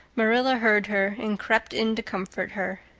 marilla heard her and crept in to comfort her.